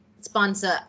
sponsor